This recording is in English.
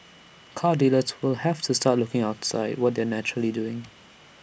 car dealers will have to start looking outside what they are naturally doing